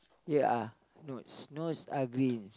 ya no it's no it's ugly